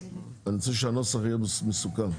אני רוצה שהנוסח יהיה מסוכם,